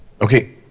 Okay